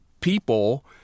people